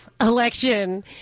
election